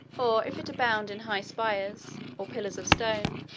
or if it abound in high spires, or pillars of stone,